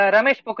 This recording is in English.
Ramesh